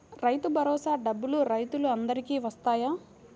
రైతు భరోసా డబ్బులు రైతులు అందరికి వస్తాయా?